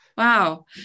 Wow